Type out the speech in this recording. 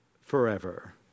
forever